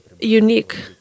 unique